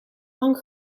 lang